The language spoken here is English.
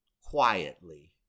quietly